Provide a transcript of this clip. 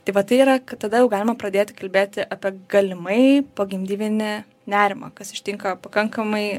tai va tai yra tada jau galima pradėti kalbėti apie galimai pogimdyvinį nerimą kas ištinka pakankamai